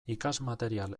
ikasmaterial